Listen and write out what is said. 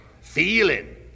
feeling